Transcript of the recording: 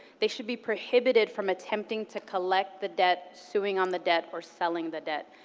they should be prohibited from attempting to collect the debt, suing on the debt, or selling the debt.